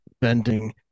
bending